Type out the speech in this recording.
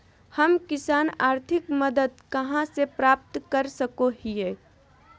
हम किसान आर्थिक मदत कहा से प्राप्त कर सको हियय?